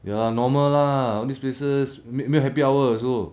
ya normal lah all these places 没没有 happy hour also